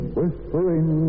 Whispering